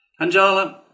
Anjala